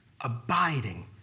abiding